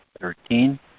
Thirteen